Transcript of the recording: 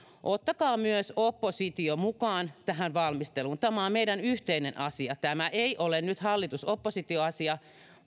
ottakaa myös oppositio mukaan tähän valmisteluun tämä on meidän yhteinen asia tämä ei ole nyt hallitus oppositio asia